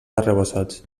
arrebossats